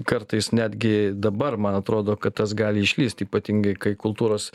kartais netgi dabar man atrodo kad tas gali išlįst ypatingai kai kultūros